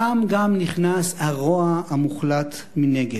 שם גם נכנס הרוע המוחלט מנגד.